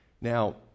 Now